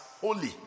holy